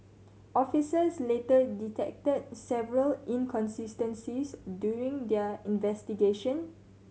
officers later detected several inconsistencies during their investigation